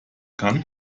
kann